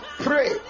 pray